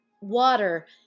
water